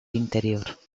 interior